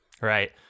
right